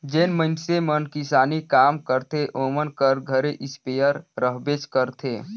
जेन मइनसे मन किसानी काम करथे ओमन कर घरे इस्पेयर रहबेच करथे